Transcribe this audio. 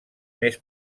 més